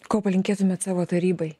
ko palinkėtumėt savo tarybai